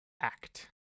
act